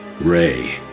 Ray